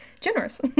Generous